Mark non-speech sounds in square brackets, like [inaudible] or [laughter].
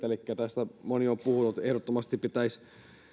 [unintelligible] elikkä tästä moni on puhunut ehdottomasti pitäisi